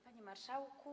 Panie Marszałku!